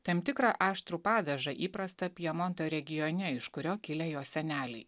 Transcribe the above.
tam tikrą aštrų padažą įprastą pjemonto regione iš kurio kilę jo seneliai